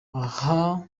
aha